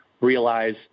realize